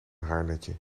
haarnetje